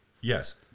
Yes